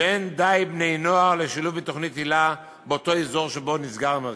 שאין די בני-נוער לשילוב בתוכנית היל"ה באותו אזור שבו נסגר המרכז.